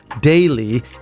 daily